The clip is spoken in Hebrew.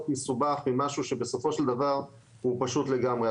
מסובך ממשהו שבסופו של דבר הוא פשוט לגמרי.